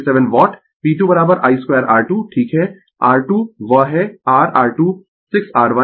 I2R3 यह है 118 watt कुल पॉवर यदि P 1 P 2 P 3 को जोड़ दें यह 710 वाट हो जाएगा और यदि V का उपयोग करें और V 100 कोण 0 I 7769 पॉवर फैक्टर कोण 226 o है